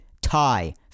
tie